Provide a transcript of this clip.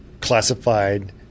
classified